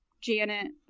Janet